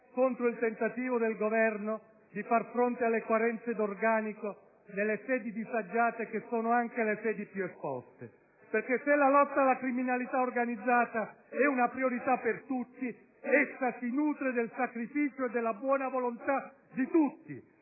contro il tentativo del Governo di far fronte alle carenze di organico nelle sedi disagiate, che sono anche le sedi più esposte. Perché se la lotta alla criminalità organizzata è una priorità per tutti, essa si nutre del sacrificio e della buona volontà di tutti,